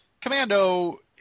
Commando